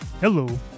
Hello